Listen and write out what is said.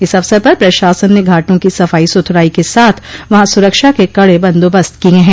इस अवसर पर प्रशासन ने घाटों की सफाई सुथराई के साथ वहां सुरक्षा के कड बंदोबस्त किये हैं